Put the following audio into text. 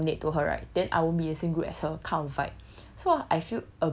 I think I cannot accommodate to her right then I won't be in the group as her kind of vibe